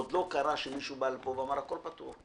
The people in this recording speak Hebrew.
עוד לא קרה שמישהו בא לפה ואמר שהכול פתור,